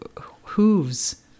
hooves